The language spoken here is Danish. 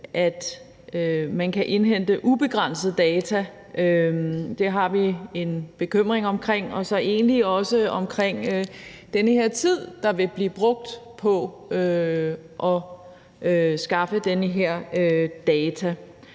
at man kan indhente ubegrænsede data, og det har vi en bekymring omkring, og det har vi så egentlig også omkring den tid, der vil blive brugt på at skaffe disse data: